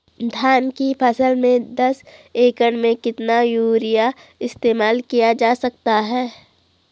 धान की फसल में दस एकड़ में कितना यूरिया इस्तेमाल किया जा सकता है?